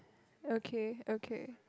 okay okay